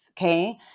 okay